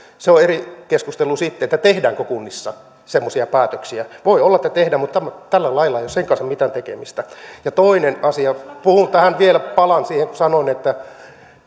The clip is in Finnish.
se on eri keskustelu sitten tehdäänkö kunnissa semmoisia päätöksiä voi olla että tehdään mutta tällä lailla ei ole sen kanssa mitään tekemistä toinen asia puhun tähän vielä palaan siihen kun sanoin että